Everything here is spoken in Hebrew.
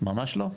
ממש לא.